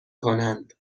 کنند